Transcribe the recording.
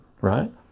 right